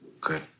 Good